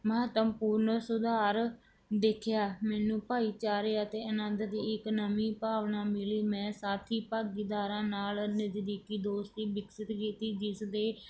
ਮਹੱਤਵਪੂਰਨ ਸੁਧਾਰ ਦੇਖਿਆ ਮੈਨੂੰ ਭਾਈਚਾਰੇ ਅਤੇ ਅਨੰਦ ਦੀ ਇੱਕ ਨਵੀਂ ਭਾਵਨਾ ਮਿਲੀ ਮੈਂ ਸਾਥੀ ਭਾਗੀਦਾਰਾਂ ਨਾਲ ਨਜ਼ਦੀਕੀ ਦੋਸਤੀ ਵਿਕਸਿਤ ਕੀਤੀ ਜਿਸ ਦੇ